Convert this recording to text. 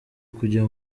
kujya